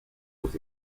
los